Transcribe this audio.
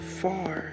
far